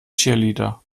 cheerleader